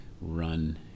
run